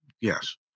Yes